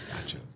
Gotcha